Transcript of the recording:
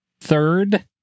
third